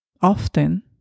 often